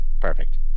Perfect